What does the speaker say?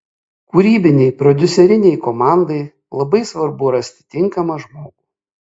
kūrybinei prodiuserinei komandai labai svarbu rasti tinkamą žmogų